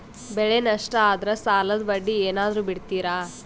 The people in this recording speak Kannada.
ಬೆಳೆ ನಷ್ಟ ಆದ್ರ ಸಾಲದ ಬಡ್ಡಿ ಏನಾದ್ರು ಬಿಡ್ತಿರಾ?